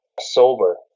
sober